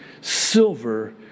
silver